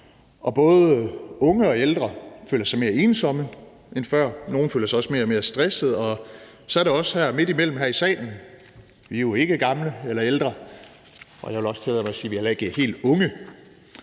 og både unge og ældre føler sig mere ensomme end før; nogle føler sig også mere og mere stressede, og så er der os her midtimellem her i salen. Vi er jo ikke gamle eller ældre, og jeg vil også tillade mig at sige, at vi heller ikke er helt unge,